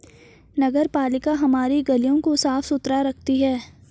नगरपालिका हमारी गलियों को साफ़ सुथरा रखती है